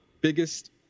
biggest